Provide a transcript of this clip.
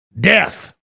Death